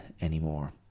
anymore